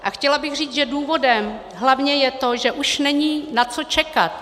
A chtěla bych říct, že důvodem je hlavně to, že už není na co čekat.